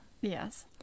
Yes